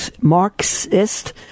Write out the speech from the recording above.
Marxist